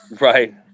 Right